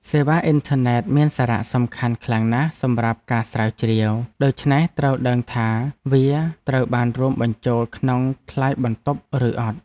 សេវាអ៊ីនធឺណិតមានសារៈសំខាន់ខ្លាំងណាស់សម្រាប់ការស្រាវជ្រាវ ដូច្នេះត្រូវដឹងថាវាត្រូវបានរួមបញ្ចូលក្នុងថ្លៃបន្ទប់ឬអត់។